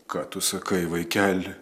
ką tu sakai vaikeli